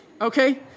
Okay